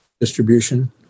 distribution